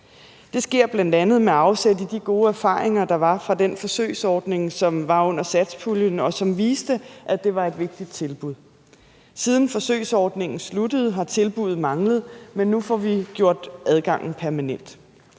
Det sker bl.a. med afsæt i de gode erfaringer, der var fra den forsøgsordning, som var under satspuljen, og som viste, at det var et vigtigt tilbud. Siden forsøgsordningen sluttede, har tilbuddet manglet, men nu får vi gjort adgangen permanent.